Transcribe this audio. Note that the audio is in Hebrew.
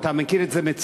ואתה מכיר את זה מצוין: